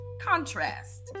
contrast